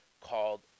called